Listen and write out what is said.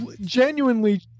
genuinely